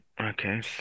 okay